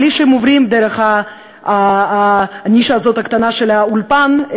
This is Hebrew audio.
בלי שהם עוברים דרך הנישה הקטנה של האולפן,